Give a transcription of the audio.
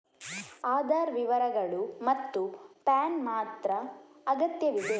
ಆಧಾರ್ ವಿವರಗಳು ಮತ್ತು ಪ್ಯಾನ್ ಮಾತ್ರ ಅಗತ್ಯವಿದೆ